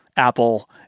Apple